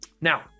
Now